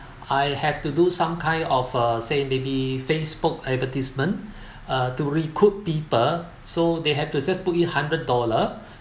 I had to do some kind of uh say may be Facebook advertisement uh to recruit people so they have to just put in hundred dollar